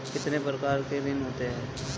कितने प्रकार के ऋण होते हैं?